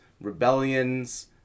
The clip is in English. rebellions